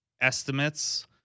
estimates